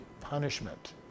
punishment